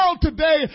today